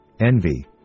envy